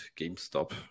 GameStop